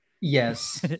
Yes